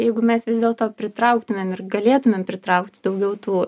jeigu mes vis dėlto pritrauktumėm ir galėtumėm pritraukti daugiau tų